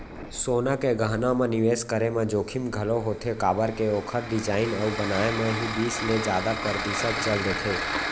सोना के गहना म निवेस करे म जोखिम घलोक होथे काबर के ओखर डिजाइन अउ बनाए म ही बीस ले जादा परतिसत चल देथे